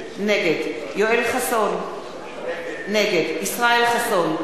נגד יואל חסון, נגד ישראל חסון,